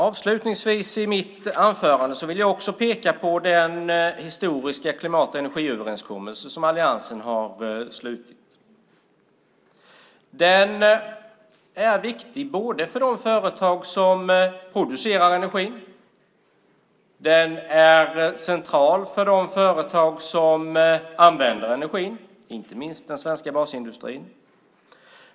Avslutningsvis vill jag peka på den historiska klimat och energiöverenskommelse som alliansen har slutit. Den är viktig för de företag som producerar energin. Den är central för de företag som använder energin, inte minst den svenska basindustrin.